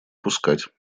пускать